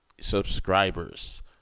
subscribers